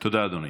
תודה, אדוני.